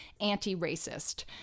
anti-racist